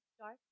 start